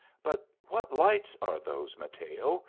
but what lights are those, mateo,